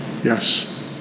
Yes